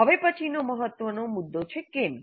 હવે પછીનો મહત્ત્વનો મુદ્દો છે 'કેમ